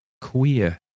queer